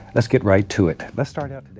let's get right to it. let's start out.